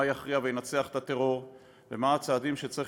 מה יכריע וינצח את הטרור ומה הם הצעדים שצריך